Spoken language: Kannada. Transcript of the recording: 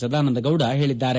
ಸದಾನಂದಗೌಡ ಹೇಳಿದ್ದಾರೆ